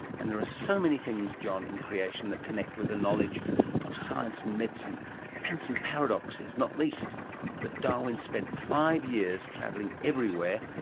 and there are so many things, john, in creation that connect with a knowledge of science and medicine and some paradoxes, not least that darwin spent five years travelling everywhere,